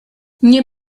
nie